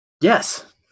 Yes